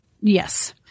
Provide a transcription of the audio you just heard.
Yes